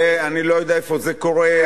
אני לא יודע איפה זה קורה,